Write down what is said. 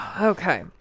Okay